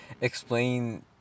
explain